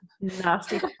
nasty